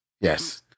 yes